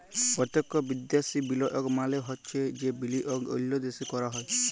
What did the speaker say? পত্যক্ষ বিদ্যাশি বিলিয়গ মালে হছে যে বিলিয়গ অল্য দ্যাশে ক্যরা হ্যয়